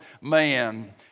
man